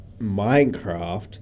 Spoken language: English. Minecraft